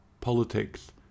politics